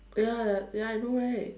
ya ya ya I know right